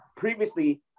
Previously